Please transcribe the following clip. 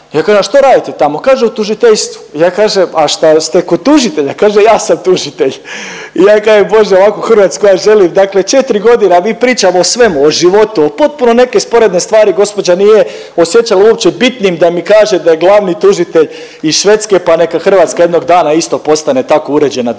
Ja kažem a što radite tamo, kaže u tužiteljstvu. Ja kažem a šta ste kod tužitelja, kaže ja sam tužitelj i ja kažem Bože ovakvu Hrvatsku ja želim, dakle 4.g., a mi pričamo o svemu, o životu, o potpuno neke sporedne stvari, gospođa nije osjećala uopće bitnim da mi kaže da je glavni tužitelj iz Švedske, pa neka Hrvatska jednog dana isto postane tako uređena država